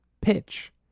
pitch